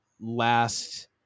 last